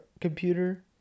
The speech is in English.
computer